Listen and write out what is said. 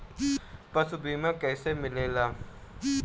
पशु बीमा कैसे मिलेला?